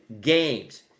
games